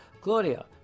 Claudia